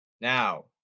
now